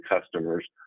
customers